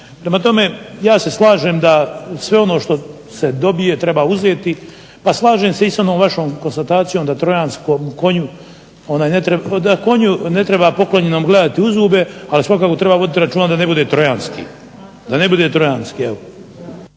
Prema tome, ja se slažem da se sve ono što se dobije treba uzeti, pa slažem se i s onom vašom konstatacijom da konju poklonjenom ne treba gledati u zube ali svakako treba voditi računa da ne bude Trojanski. **Mimica, Neven